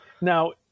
Now